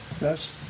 Yes